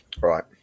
Right